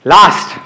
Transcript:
Last